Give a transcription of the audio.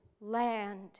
land